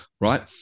right